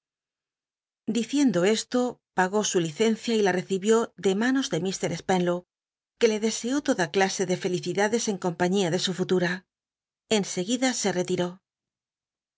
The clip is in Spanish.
diciendo esto pagó su licencia y la recibió de manos de mr spenlow que le deseó toda clase ele felicidades en compaiiia de su rutu a en seguida se reti